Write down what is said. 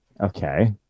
okay